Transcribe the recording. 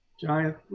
Giant